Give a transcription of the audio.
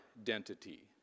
identity